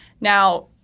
Now